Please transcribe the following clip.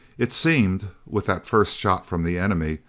it seemed, with that first shot from the enemy,